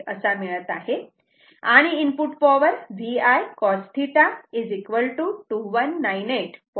9838 मिळत आहे आणि इनपुट पॉवर VI cos θ 2198